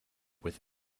with